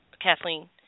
Kathleen